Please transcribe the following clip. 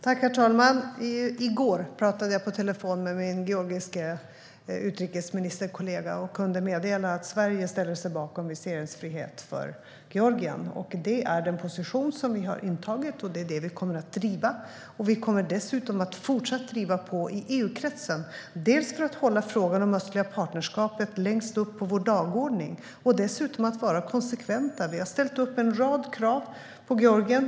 Herr talman! I går pratade jag på telefon med min georgiske utrikesministerkollega och kunde meddela att Sverige ställer sig bakom viseringsfrihet för Georgien. Det är den position som vi har intagit, och det är det vi kommer att driva. Vi kommer dessutom att fortsätta att driva på i EU-kretsen, dels för att hålla frågan om det östliga partnerskapet högst upp på vår dagordning, dels för att vara konsekventa. Vi har ställt upp en rad krav på Georgien.